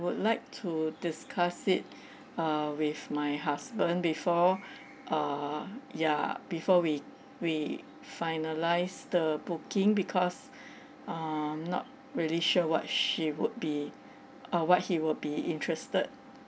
would like to discuss it uh with my husband before err ya before we we finalise the booking because I'm not really sure what she would be uh what he will be interested